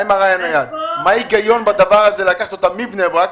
מה ההיגיון לקחת אותה מבני ברק,